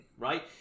right